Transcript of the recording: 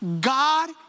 God